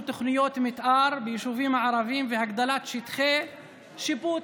תוכניות מתאר ביישובים הערביים והגדלת שטחי שיפוט,